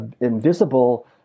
invisible